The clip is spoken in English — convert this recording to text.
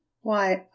Why